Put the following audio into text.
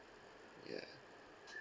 ya